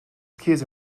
käse